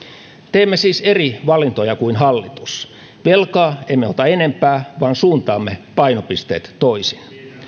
teemme siis eri valintoja kuin hallitus velkaa emme ota enempää vaan suuntaamme painopisteet toisin